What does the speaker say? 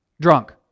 drunk